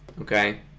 okay